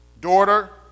daughter